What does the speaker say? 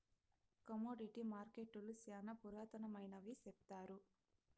commodity మార్కెట్టులు శ్యానా పురాతనమైనవి సెప్తారు